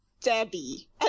Debbie